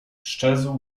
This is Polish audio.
sczezł